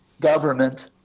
government